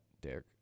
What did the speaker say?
Derek